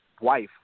wife